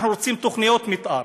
אנחנו רוצים תוכניות מתאר,